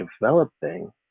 developing